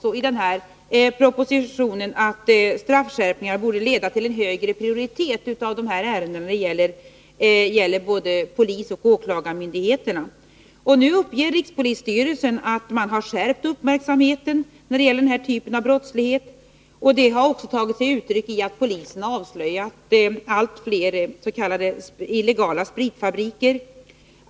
Det sades också i propositionen att straffskärpningar borde leda till att polisoch åklagarmyndigheterna ger högre prioritet för dessa ärenden. Nu uppger rikspolisstyrelsen att man har skärpt uppmärksamheten på den här typen av brottslighet. Det har också tagit sig uttryck i att polisen har avslöjat alltfler s.k. illegala spritfabriker.